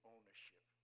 ownership